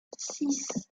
six